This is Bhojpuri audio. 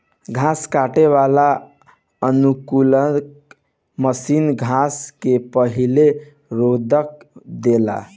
घास काटे वाला अनुकूलक मशीन घास के पहिले रौंद देला